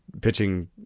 pitching